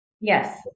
Yes